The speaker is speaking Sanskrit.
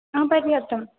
आम् पर्याप्तम्